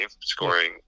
scoring